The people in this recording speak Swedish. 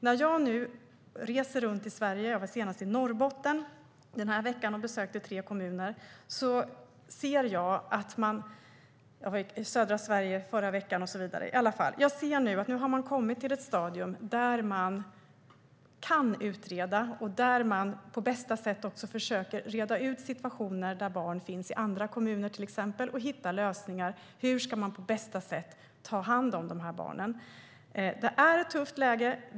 När jag nu reser runt i Sverige - senast var jag i Norrbotten, där jag besökte tre kommuner den här veckan; jag var i södra Sverige förra veckan och så vidare - ser jag att man har kommit till ett stadium där man kan utreda och där man på bästa sätt försöker reda ut situationer, till exempel att barn finns i andra kommuner, och hitta lösningar för hur man på bästa sätt ska ta hand om de här barnen. Det är ett tufft läge.